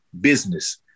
business